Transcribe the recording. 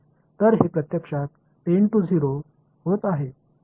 तर हे प्रत्यक्षात टेन्ड टू 0 होत आहे